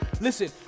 listen